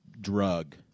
drug